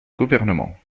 gouvernements